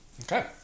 Okay